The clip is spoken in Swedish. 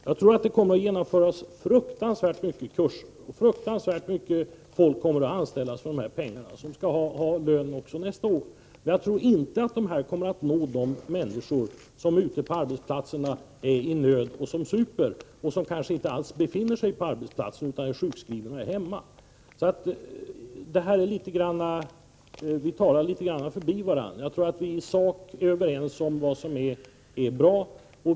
Jag tror att det kommer att bli fruktansvärt många kurser och att fruktansvärt mycket folk kommer att anställas för pengarna i fråga, människor som också skall ha lön nästa år. Jag tror dock inte att man kommer att nå de människor ute på arbetsplatserna som är i nöd och som super. Kanske befinner sig dessa människor inte alls på arbetsplatsen, utan de är kanske hemma. Vi talar således så att säga litet förbi varandra. Jag tror dock att vi i sak är överens om vad som är bra.